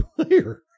player